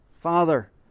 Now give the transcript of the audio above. Father